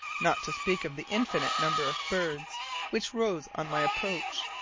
not to speak of the infinite number of birds which rose on my approach,